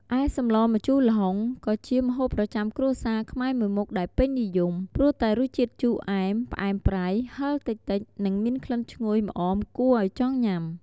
ឯសម្លម្ជូរល្ហុង ក៏ជាម្ហូបប្រចាំគ្រួសារខ្មែរមួយមុខដែលពេញនិយម ព្រោះតែរសជាតិជូរអែម ផ្អែមប្រៃ ហិរតិចៗ និងមានក្លិនឈ្ងុយម្អមគួរឲ្យចង់ញ៉ាំ។